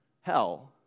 hell